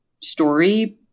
story